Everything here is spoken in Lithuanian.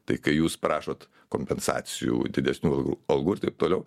tai kai jūs prašot kompensacijų didesnių algų ir taip toliau